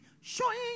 showing